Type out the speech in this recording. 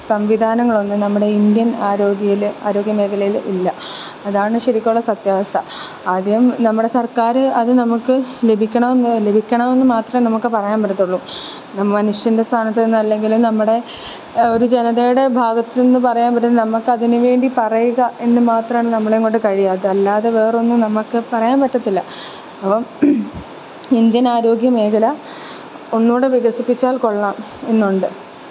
സംവിധനങ്ങളൊന്നും നമ്മുടെ ഇന്ത്യന് ആരോഗ്യയിൽ ആരോഗ്യമേഖലയിൽ ഇല്ല അതാണ് ശരിക്കുമുള്ള സത്യാവസ്ഥ ആദ്യം നമ്മുടെ സര്ക്കാർ അത് നമുക്ക് ലഭിക്കണമെന്ന് ലഭിക്കണമെന്ന് മാത്രമേ നമുക്ക് പറയാന് പറ്റത്തുള്ളൂ മനുഷ്യന്റെ സ്ഥാനത്തുനിന്ന് അല്ലെങ്കിൽ നമ്മുടെ ഒരു ജനതയുടെ ഭാഗത്തുനിന്ന് പറയാന് പറ്റുന്ന നമുക്ക് അതിനു വേണ്ടി പറയുക എന്ന് മാത്രമാണ് നമ്മളെക്കൊണ്ട് കഴിയുക അല്ലാതെ വേറൊന്നും നമുക്ക് പറയാന് പറ്റത്തില്ല അപ്പം ഇന്ത്യന് ആരോഗ്യമേഖല ഒന്നുകൂടെ വികസിപ്പിച്ചാല് കൊള്ളാം എന്നുണ്ട്